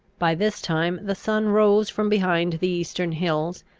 by this time the sun rose from behind the eastern hills,